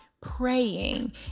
praying